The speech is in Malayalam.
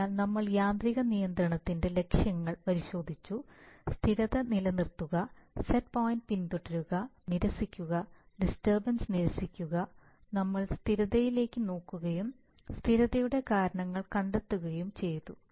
അതിനാൽ നമ്മൾ യാന്ത്രിക നിയന്ത്രണത്തിന്റെ ലക്ഷ്യങ്ങൾ പരിശോധിച്ചു സ്ഥിരത നിലനിർത്തുക സെറ്റ് പോയിന്റ് പിന്തുടരുക നിരസിക്കുക ഡിസ്റ്റർബൻസ് നിരസിക്കുക നമ്മൾ സ്ഥിരതയിലേക്ക് നോക്കുകയും സ്ഥിരതയുടെ കാരണങ്ങൾ കണ്ടെത്തുകയും ചെയ്തു